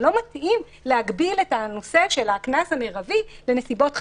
לא מתאים להגביל את הקנס המרבי לנסיבות חריגות.